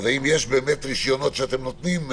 האם יש רישיונות שאתם נותנים,